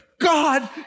God